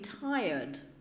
tired